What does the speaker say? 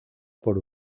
por